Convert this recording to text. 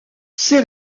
ces